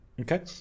Okay